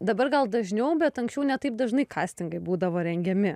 dabar gal dažniau bet anksčiau ne taip dažnai kastingai būdavo rengiami